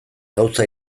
gauza